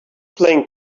playing